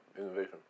innovation